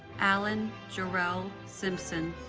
allen jarell simpson